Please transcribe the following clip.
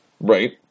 Right